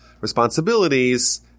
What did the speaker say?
responsibilities